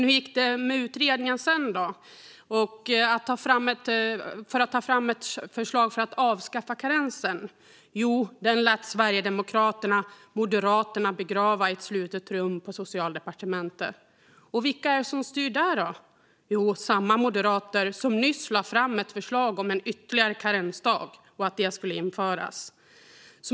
Hur gick det då med utredningen som skulle ta fram ett förslag om att avskaffa karensen? Jo, den lät Sverigedemokraterna Moderaterna begrava i ett slutet rum på Socialdepartementet. Och vilka är det som styr där då? Jo, samma moderater som nyss lade fram ett förslag om att en ytterligare karensdag skulle införas.